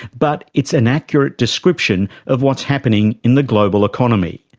but it's an accurate description of what's happening in the global economy.